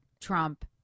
Trump